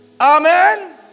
Amen